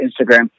Instagram